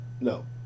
no